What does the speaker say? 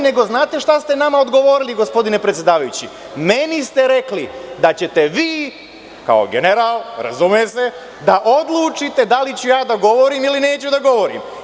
Znate li šta ste nam odgovorili, gospodine predsedavajući, meni ste rekli da ćete vi, kao general, razume se, da odlučite da li ću ja da govorim ili neću da govorim.